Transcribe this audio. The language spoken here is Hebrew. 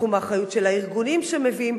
ותחום אחריות של הארגונים שמביאים.